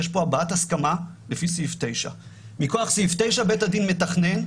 יש פה הבעת הסכמה ל פי סעיף 9. מכוח סעיף 9 בית הדין מתעתד,